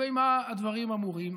וכלפי מה הדברים אמורים?